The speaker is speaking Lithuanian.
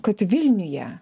kad vilniuje